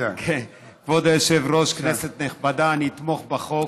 כבוד היושב-ראש, כנסת נכבדה, אני אתמוך בחוק.